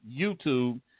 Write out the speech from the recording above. YouTube